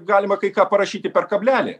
galima kai ką parašyti per kablelį